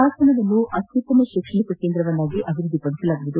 ಹಾಸನವನ್ನು ಅತ್ಯುತ್ತಮ ಶೈಕ್ಷಣಿಕ ಕೇಂದ್ರವಾಗಿ ಅಭಿವೃದ್ಧಿಪಡಿಸಲಾಗುವುದು